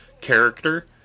character